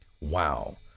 Wow